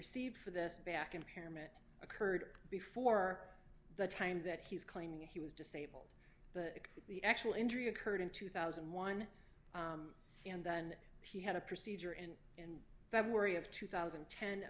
received for this back impairment occurred before the time that he's claiming he was disabled but the actual injury occurred in two thousand and one and then he had a procedure in in february of two thousand